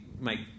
make